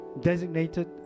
designated